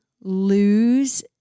lose